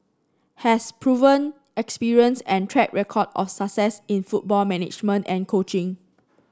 has proven experience and track record of success in football management and coaching